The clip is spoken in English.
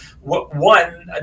one